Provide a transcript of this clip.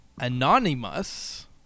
Anonymous